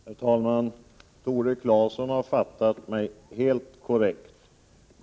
Herr talman! Tore Claeson har fattat mig helt korrekt.